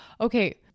Okay